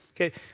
Okay